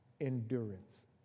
endurance